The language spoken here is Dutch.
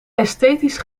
esthetisch